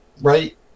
right